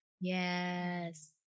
Yes